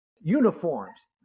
uniforms